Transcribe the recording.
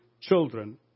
children